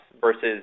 versus